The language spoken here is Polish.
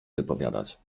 wypowiadać